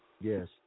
Yes